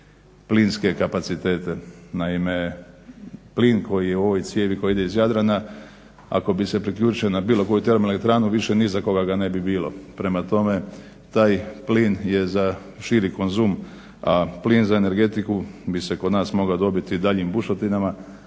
Naime, plin koji je u ovoj cijevi koja ide iz Jadrana ako bi se priključio na bilo koju termo elektranu više ni za koga ga ne bi bilo. Prema tome, taj plin je za širi konzum, a plin za energetiku bi se kod nas mogao dobiti daljnjim bušotinama